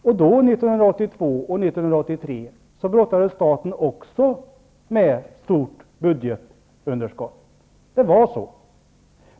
Också 1982 och 1983 brottades staten med stort budgetunderskott.